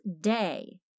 day